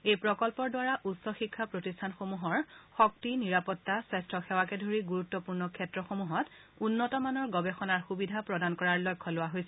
এই প্ৰকল্পৰ দ্বাৰা উচ্চ শিক্ষা প্ৰতিষ্ঠানসমূহৰ শক্তি নিৰাপত্তা স্বাস্থ্যসেৱাকে ধৰি গুৰুত্বপূৰ্ণ ক্ষেত্ৰসমূহত উন্নতমানৰ গৱেষণাৰ সুবিধা প্ৰদান কৰাৰ লক্ষ্য লোৱা হৈছে